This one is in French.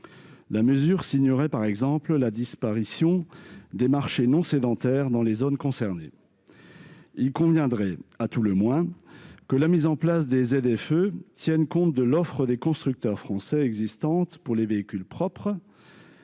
La mesure signerait, par exemple, la disparition des marchés non sédentaires dans les zones concernées. Il conviendrait, à tout le moins, que la mise en place des ZFE tienne compte non seulement de l'offre existante de véhicules propres